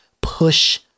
push